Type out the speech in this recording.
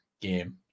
game